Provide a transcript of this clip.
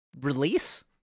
release